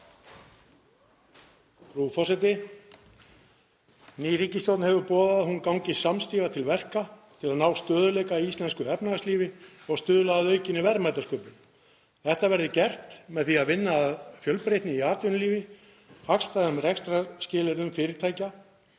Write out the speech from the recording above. Frú forseti. Ný ríkisstjórn hefur boðað að hún gangi samstiga til verka til að ná stöðugleika í íslensku efnahagslífi og stuðla að aukinni verðmætasköpun. Þetta verði gert með því að vinna að fjölbreytni í atvinnulífi, hagstæðum rekstrarskilyrðum fyrirtækja,